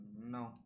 No